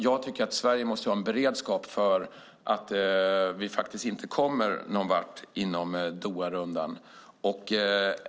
Jag tycker att Sverige måste ha en beredskap för att vi inte kommer någon vart inom Doharundan.